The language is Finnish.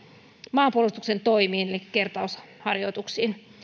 maanpuolustuksen toimiin eli kertausharjoituksiin